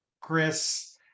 Chris